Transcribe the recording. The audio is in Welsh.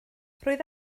roedd